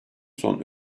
son